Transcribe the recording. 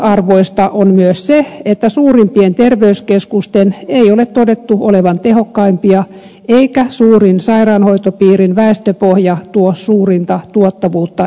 huomionarvoista on myös se että suurimpien terveyskeskusten ei ole todettu olevan tehokkaimpia eikä suurin sairaanhoitopiirin väestöpohja tuo suurinta tuottavuutta erikoissairaanhoidossa